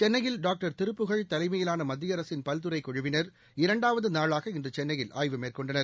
சென்னையில் டாக்டர் திருப்புகழ் தலைமையிலான மத்திய அரசின் பல்துறை குழுவினர் இரண்டாவது நாளாக இன்று சென்னையில் ஆய்வு மேற்கொண்டனர்